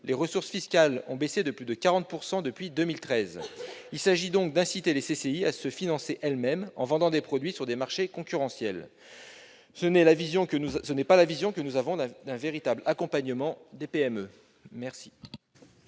les ressources fiscales ont baissé de plus de 40 % depuis 2013. Il s'agit donc d'inciter les CCI à se financer elles-mêmes en vendant des produits sur des marchés concurrentiels. Cela ne correspond pas à notre vision d'un véritable accompagnement des PME. La